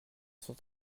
sont